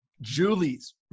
julie's